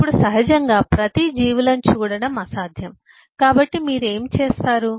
ఇప్పుడు సహజంగా ప్రతి జీవులను చూడటం అసాధ్యం కాబట్టి మీరు ఏమి చేస్తారు